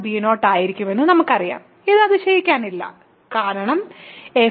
b0 ആയിരിക്കുമെന്ന് നമുക്കറിയാം ഇത് അതിശയിക്കാനില്ല കാരണം f